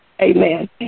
Amen